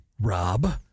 Rob